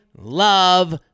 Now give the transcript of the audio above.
love